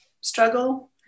struggle